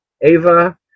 Ava